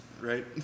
right